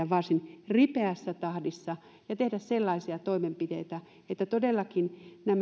varsin ripeässä tahdissa ja tehdä sellaisia toimenpiteitä että todellakin meillä on mahdollisuus huolehtia